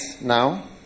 now